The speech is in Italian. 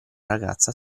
ragazza